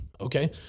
okay